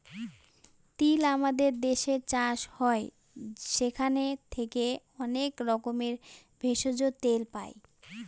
তিল আমাদের দেশে চাষ হয় সেখান থেকে অনেক রকমের ভেষজ, তেল পাই